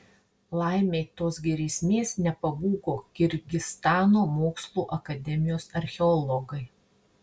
laimei tos grėsmės nepabūgo kirgizstano mokslų akademijos archeologai